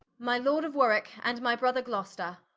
my lord of warwick, and my brother gloster,